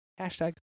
hashtag